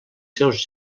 seus